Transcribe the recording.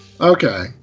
okay